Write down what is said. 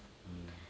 mm